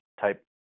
type